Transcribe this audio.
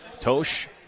Tosh